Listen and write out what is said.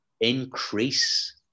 increase